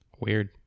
Weird